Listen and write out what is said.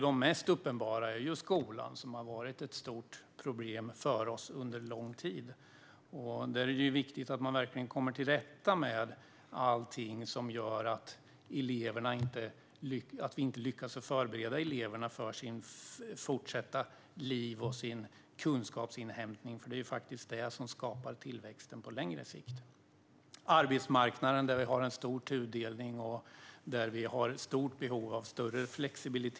De mest uppenbara gäller skolan, som har varit ett stort problem för oss under en lång tid. Det är viktigt att man verkligen kommer till rätta med allting som gör att vi inte lyckas förbereda eleverna för deras fortsatta liv och kunskapsinhämtning. Det är ju det som skapar tillväxten på längre sikt. Det handlar också om arbetsmarknaden, där vi har en stor tudelning och ett stort behov av större flexibilitet.